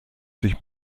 sich